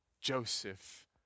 Joseph